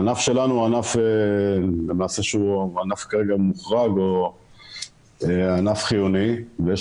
הענף שלנו הוא ענף מוחרג או ענף חיוני ויש